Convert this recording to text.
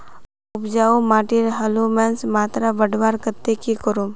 उपजाऊ माटिर ह्यूमस मात्रा बढ़वार केते की करूम?